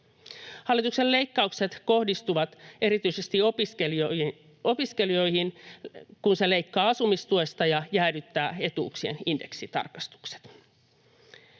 Hallituksen leikkaukset kohdistuvat erityisesti opiskelijoihin, kun se leikkaa asumistuesta ja jäädyttää etuuksien indeksitarkistukset.